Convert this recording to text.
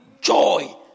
joy